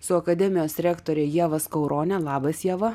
su akademijos rektore ieva skaurone labas ieva